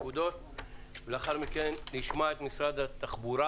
לאחר מכן נשמע את משרד התחבורה